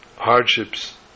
hardships